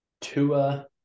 tua